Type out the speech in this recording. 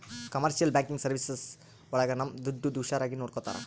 commercial banking service ಒಳಗ ನಮ್ ದುಡ್ಡು ಹುಷಾರಾಗಿ ನೋಡ್ಕೋತರ